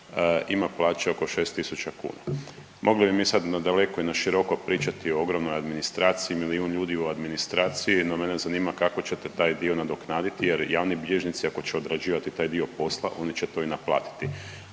ima plaću oko 6.000. Mogli bi mi sad na daleko i na široko pričati o ogromnoj administraciji, milijun ljudi u administraciji no mene zanima kako ćete taj dio nadoknaditi jer javni bilježnici ako će odrađivati taj dio posla oni će to i naplatiti,